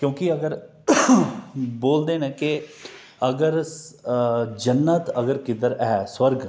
क्योंकि अगर बोलदे ना के अगर जन्नत कुदरे ऐ स्वर्ग